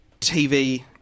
TV